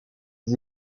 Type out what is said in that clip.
des